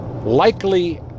likely